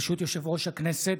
ברשות יושב-ראש הכנסת,